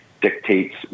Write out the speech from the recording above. Dictates